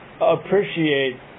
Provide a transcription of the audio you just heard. appreciate